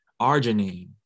arginine